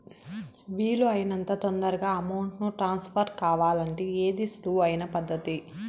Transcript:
వీలు అయినంత తొందరగా అమౌంట్ ను ట్రాన్స్ఫర్ కావాలంటే ఏది సులువు అయిన పద్దతి